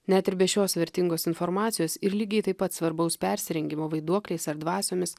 net ir be šios vertingos informacijos ir lygiai taip pat svarbaus persirengimo vaiduokliais ar dvasiomis